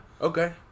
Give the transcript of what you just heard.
Okay